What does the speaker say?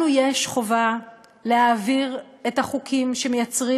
לנו יש חובה להעביר את החוקים שמייצרים